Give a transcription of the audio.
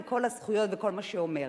עם כל הזכויות וכל מה שזה אומר.